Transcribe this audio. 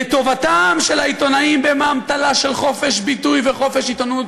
לטובתם של העיתונאים באמתלה של חופש ביטוי וחופש עיתונות,